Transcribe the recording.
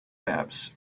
maps